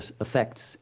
effects